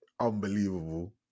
unbelievable